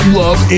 love